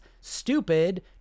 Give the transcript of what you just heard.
stupid